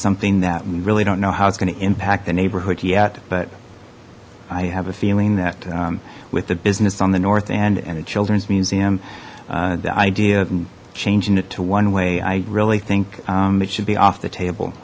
something that we really don't know how it's going to impact the neighborhood yet but i have a feeling that with the business on the north end and a children's museum the idea of changing it to one way i really think it should be off the table